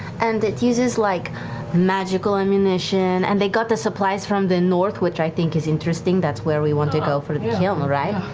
and it uses like magical ammunition and they got the supplies from the north which i think is interesting, that's where we want to go for the kiln, right?